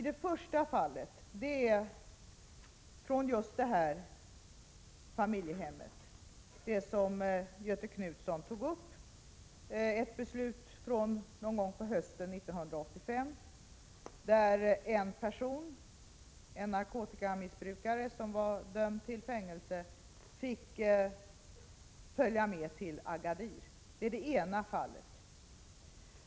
Det första fallet gäller just detta familjehem som Göthe Knutson tog upp. Beslut fattades på hösten 1985 när en narkotikamissbrukare, som var dömd till fängelse, fick följa med till Agadir.